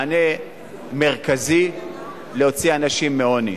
מענה מרכזי להוציא אנשים מעוני.